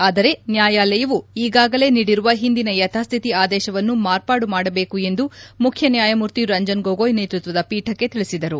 ಆದರೆ ನ್ಯಾಯಾಲಯವು ಈಗಾಗಲೇ ನೀಡಿರುವ ಹಿಂದಿನ ಯಥಾಸ್ಥಿತಿ ಆದೇಶವನ್ನು ಮಾರ್ಪಡು ಮಾಡಬೇಕು ಎಂದು ಮುಖ್ಯ ನ್ಯಾಯಮೂರ್ತಿ ರಂಜನ್ ಗೊಗೊಯ್ ನೇತೃತ್ವದ ಪೀಠಕ್ಕೆ ತಿಳಿಸಿದರು